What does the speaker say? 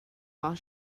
while